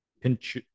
pinch